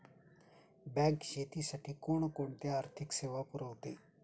Bank शेतीसाठी कोणकोणत्या आर्थिक सेवा पुरवते?